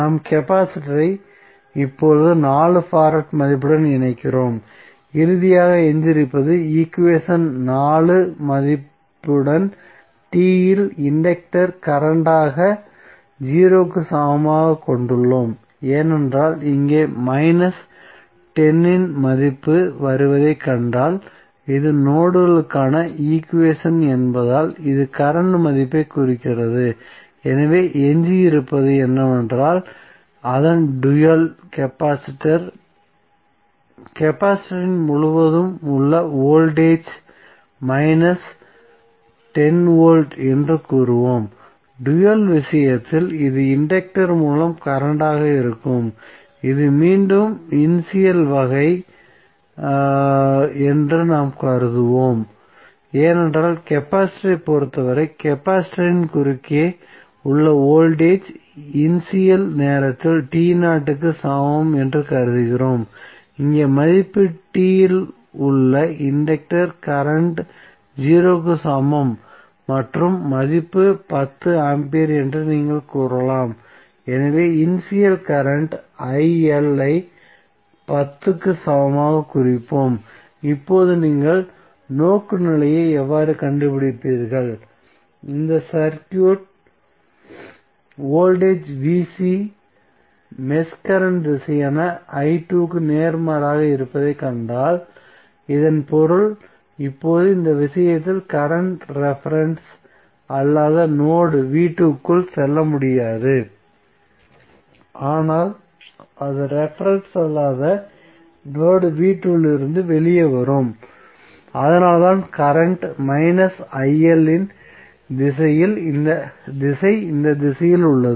நாம் கெபாசிட்டரை இப்போது 4 ஃபாரட் மதிப்புடன் இணைக்கிறோம் இறுதியாக எஞ்சியிருப்பது ஈக்குவேஷன் 4 மதிப்புடன் t இல் இன்டக்டர் கரண்ட் ஆக 0 ஐ சமமாகக் கொண்டுள்ளோம் ஏனென்றால் இங்கே மைனஸ் 10 இன் மதிப்பு வருவதை கண்டால் இது நோட்க்கான ஈக்குவேஷன் என்பதால் இது கரண்ட் மதிப்பைக் குறிக்கிறது எனவே எஞ்சியிருப்பது என்னவென்றால் அதன் டூயல் கெபாசிட்டர் கெபாசிட்டரின் முழுவதும் உள்ள வோல்டேஜ் மைனஸ் 10 வோல்ட் என்று கூறுவோம் டூயல் விஷயத்தில் இது இன்டக்டர் மூலம் கரண்ட் ஆக இருக்கும் இது மீண்டும் இனிஷியல் வகை என்று நாம் கருதுவோம் ஏனென்றால் கெபாசிட்டரைப் பொறுத்தவரை கெபாசிட்டரின் குறுக்கே உள்ள வோல்டேஜ் இனிஷியல் நேரத்தில் t 0 க்கு சமம் என்று கருதுகிறோம் இங்கே மதிப்பு t இல் உள்ள இன்டக்டர் கரண்ட் 0 க்கு சமம் மற்றும் மதிப்பு 10 ஆம்பியர் என்று நீங்கள் கூறலாம் எனவே இனிஷியல் கரண்ட் ஐ t 0 க்கு சமமாகக் குறிப்போம் இப்போது நீங்கள் நோக்குநிலையை எவ்வாறு கண்டுபிடிப்பீர்கள் இந்த சர்க்யூட் வோல்டேஜ் மெஷ் கரண்ட் திசையான i2 க்கு நேர்மாறாக இருப்பதைக் கண்டால் இதன் பொருள் இப்போது இந்த விஷயத்தில் கரண்ட் ரெபரென்ஸ் அல்லாத நோட் v2 க்குள் செல்ல முடியாது ஆனால் அது ரெபரென்ஸ் அல்லாத நோட் v2 இலிருந்து வெளியே வரும் அதனால்தான் கரண்ட் இன் திசை இந்த திசையில் உள்ளது